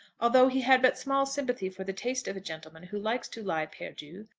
although he had but small sympathy for the taste of a gentleman who likes to lie perdu,